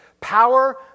power